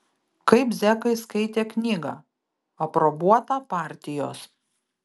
kaip zekai skaitė knygą aprobuotą partijos